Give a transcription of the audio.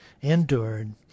endured